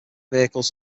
vehicles